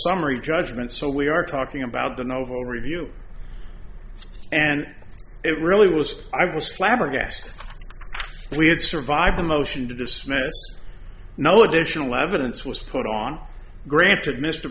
summary judgment so we are talking about the novo review and it really was i was flabbergasted we had survived a motion to dismiss no additional evidence was put on granted mr